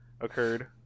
occurred